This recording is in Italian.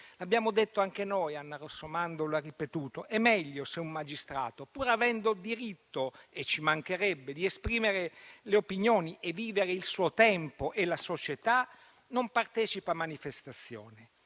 Abbiamo detto anche noi - Anna Rossomando lo ha ripetuto - che è meglio se un magistrato, pur avendo diritto - e ci mancherebbe - di esprimere le opinioni e vivere il suo tempo e la società, non partecipi a manifestazioni.